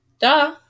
Duh